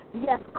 Yes